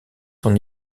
son